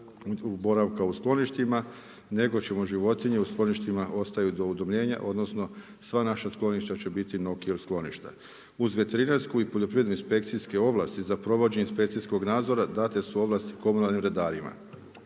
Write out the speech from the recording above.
boravka u skloništima, nego ćemo životinje u skloništima ostaju do udomljenja, odnosno, sva naša skloništa će biti no kill skloništa. Uz veterinarsku i poljoprivredne inspekcijske ovlasti za provođenje inspekcijskog nadzorna, date su ovlasti komunalnim redarima.